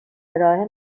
ارائه